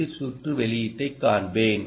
C சுற்று வெளியீட்டைக் காண்பிப்பேன்